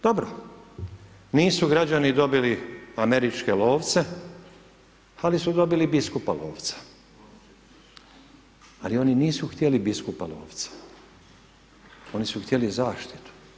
Dobro, nisu građani dobili američke lovce, ali su dobili biskupa lovca, ali oni nisu htjeli biskupa lovca, oni su htjeli zaštitu.